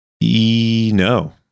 No